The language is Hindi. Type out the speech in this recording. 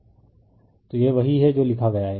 रिफर स्लाइड टाइम 3516 तो यह वही है जो लिखा गया है